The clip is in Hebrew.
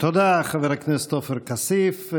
תודה, חבר הכנסת עופר כסיף.